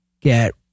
get